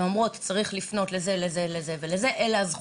אומרות לנו בדיוק לאן אנחנו צריכים לפנות ומה הן הזכויות